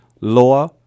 lower